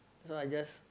so I just